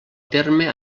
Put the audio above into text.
terme